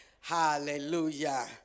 Hallelujah